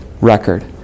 record